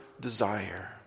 desire